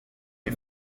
nie